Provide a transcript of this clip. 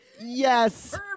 Yes